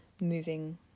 moving